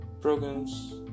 programs